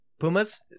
Pumas